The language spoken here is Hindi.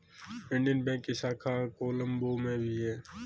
इंडियन बैंक की शाखा कोलम्बो में भी है